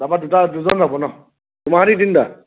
তাৰপৰা দুটা দুজন যাব ন' তোমাৰ সৈতে তিনিটা